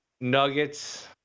Nuggets